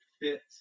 fits